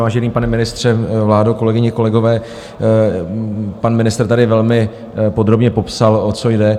Vážený pane ministře, vládo, kolegyně, kolegové, pan ministr tady velmi podrobně popsal, o co jde.